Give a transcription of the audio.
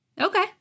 Okay